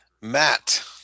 Matt